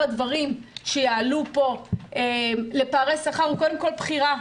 הדברים שיעלו פה לפערי שכר הוא קודם כול בחירה.